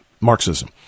Marxism